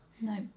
No